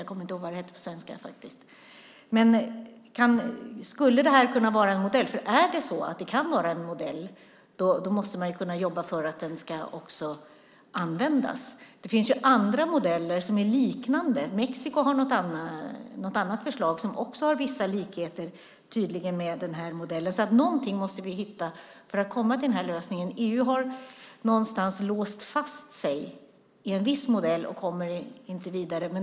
Jag kommer inte ihåg vad det heter på svenska. Skulle det här kunna vara en modell? Är det så att det kan vara en modell måste man kunna jobba för att den också ska användas. Det finns andra liknande modeller. Mexiko har något annat förslag som tydligen också har vissa likheter med den här modellen. Någonting måste vi hitta för att komma till lösningen. EU har någonstans låst fast sig vid en viss modell och kommer inte vidare.